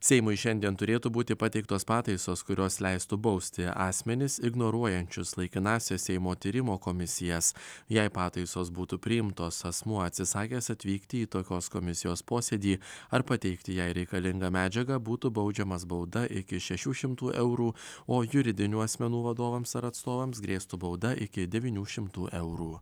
seimui šiandien turėtų būti pateiktos pataisos kurios leistų bausti asmenis ignoruojančius laikinąsias seimo tyrimo komisijas jei pataisos būtų priimtos asmuo atsisakęs atvykti į tokios komisijos posėdį ar pateikti jai reikalingą medžiagą būtų baudžiamas bauda iki šešių šimtų eurų o juridinių asmenų vadovams ar atstovams grėstų bauda iki devynių šimtų eurų